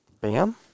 Bam